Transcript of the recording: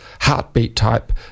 heartbeat-type